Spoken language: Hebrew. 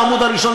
בעמוד הראשון,